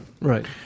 right